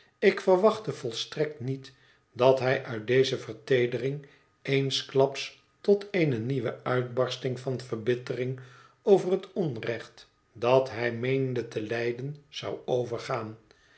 ik verwachtte volstrekt niet dat hij uit deze verteedering eensklaps tot eene nieuwe uitbarsting van verbittering over het onrecht dat hij meende te lijden zou overgaan